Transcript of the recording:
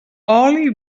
oli